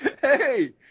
Hey